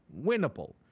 winnable